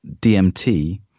DMT